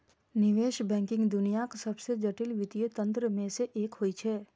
निवेश बैंकिंग दुनियाक सबसं जटिल वित्तीय तंत्र मे सं एक होइ छै